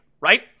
Right